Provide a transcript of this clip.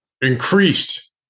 increased